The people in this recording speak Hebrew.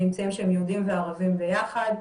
נמצאים שם יהודים וערבים ביחד.